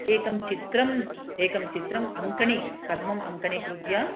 एकं चित्रम् एकं चित्रम् अङ्कनी प्रथमं अङ्कनीकृत्य